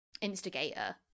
instigator